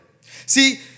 see